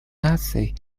наций